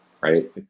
right